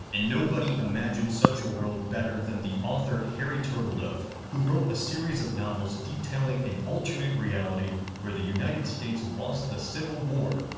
and nobody imagined such a world better than the author, harry turtledove, who wrote a series of novels detailing an alternate reality where the united states, lost the civil war,